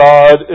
God